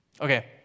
Okay